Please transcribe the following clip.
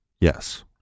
Yes